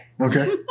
Okay